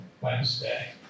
wednesday